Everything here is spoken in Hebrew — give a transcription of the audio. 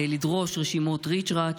לדרוש רשימות ריצ'רץ.